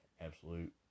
absolute